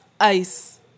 ice